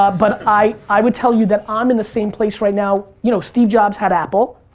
but i i would tell you that i'm in the same place right now. you know steve jobs had apple,